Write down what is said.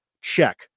Check